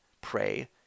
pray